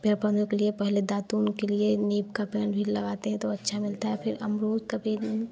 पेड़ पौधों के लिए पहले दातून के लिए नीम का पेड़ भी लगाते हैं तो अच्छा मिलता है फ़िर अमरूद का पेड़ में